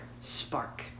Spark